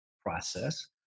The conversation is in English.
process